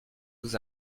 vous